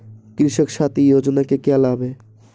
कृषक साथी योजना के क्या लाभ हैं?